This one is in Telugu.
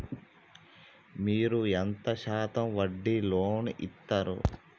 మీరు ఎంత శాతం వడ్డీ లోన్ ఇత్తరు?